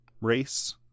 race